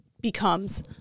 becomes